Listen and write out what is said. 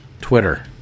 Twitter